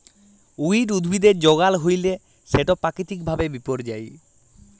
weed উদ্ভিদের যগাল হ্যইলে সেট পাকিতিক ভাবে বিপর্যয়ী